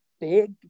big